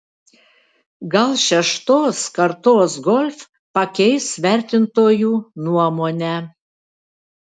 gal šeštos kartos golf pakeis vertintojų nuomonę